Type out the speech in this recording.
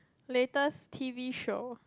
latest T_V show